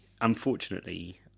Unfortunately